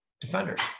defenders